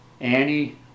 Annie